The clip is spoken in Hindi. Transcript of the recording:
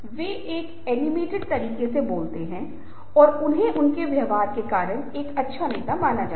तो ऐसी सभी चीजें केवल तभी संभव होंगी जब किसी व्यक्ति के पास बहुत अच्छा संचार कौशल होगा